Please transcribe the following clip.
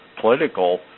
political